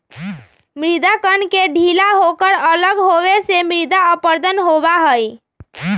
मृदा कण के ढीला होकर अलग होवे से मृदा अपरदन होबा हई